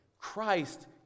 Christ